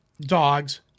dogs